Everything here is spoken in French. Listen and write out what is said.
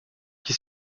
qui